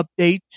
updates